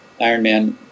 Ironman